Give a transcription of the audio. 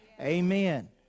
amen